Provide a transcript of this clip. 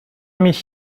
mich